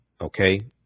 okay